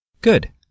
Good